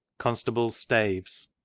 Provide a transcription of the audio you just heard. constables' staves.